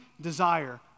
desire